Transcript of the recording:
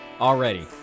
already